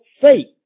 faith